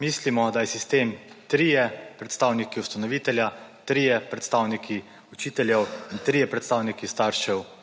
mislimo, da je sistem trije predstavniki ustanovitelja, trije predstavniki učiteljev in trije predstavniki staršev